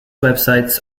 websites